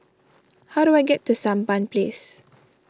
how do I get to Sampan Place